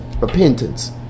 repentance